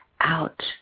out